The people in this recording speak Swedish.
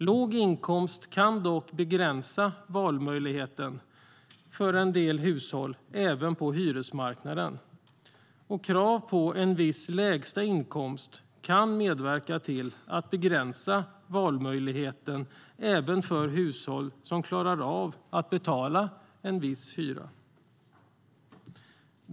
Låg inkomst kan dock begränsa valmöjligheten för en del hushåll även på hyresmarknaden, och krav på en viss lägsta inkomst kan medverka till att begränsa valmöjligheten även för hushåll som klarar av att betala en viss hyra.